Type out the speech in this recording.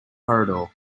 corridor